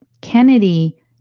Kennedy